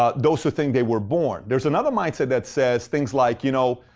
ah those who think they were born. there's another mindset that says things like, you know,